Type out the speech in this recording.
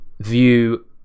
view